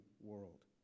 world